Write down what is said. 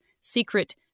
secret